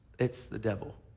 it's the devil.